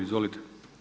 Izvolite.